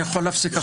אני יכול להפסיק.